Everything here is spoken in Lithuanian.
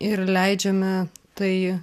ir leidžiame tai